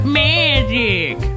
magic